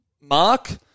mark